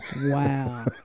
Wow